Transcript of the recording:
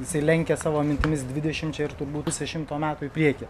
jisai lenkė savo mintimis dvidešimčia ir turbūt pusė šimto metų į priekį